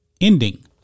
ending